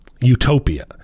Utopia